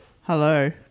Hello